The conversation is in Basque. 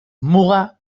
muga